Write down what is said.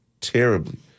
terribly